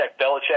Belichick